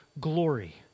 glory